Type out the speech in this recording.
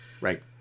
right